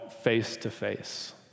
face-to-face